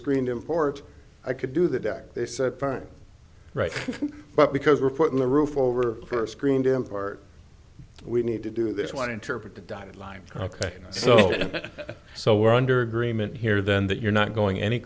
screened in porch i could do the deck they said fine right but because we're putting the roof over for screened in part we need to do this one interpret the dotted line ok so so we're under agreement here then that you're not going any